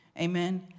Amen